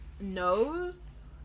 knows